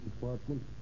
Department